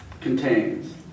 contains